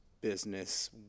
business